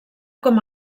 com